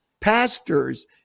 pastors